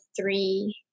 three